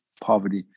poverty